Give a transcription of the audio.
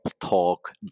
talk